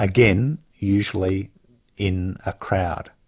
again usually in a crowd,